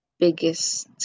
biggest